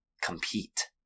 compete